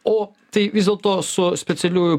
o tai vis dėlto su specialiųjų